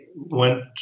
went